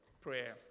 prayer